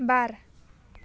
बार